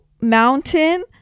mountain